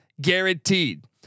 guaranteed